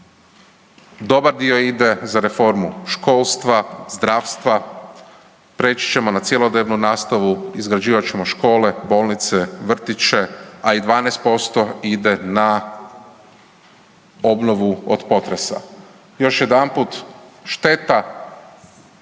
dobar dio ide za reformu školstva, zdravstva, preći ćemo na cjelodnevnu nastavu, izgrađivat ćemo škole, bolnice, vrtiće, a i 12% ide na obnovu od potresa. Još jedanput, šteta